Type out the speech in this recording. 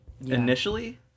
initially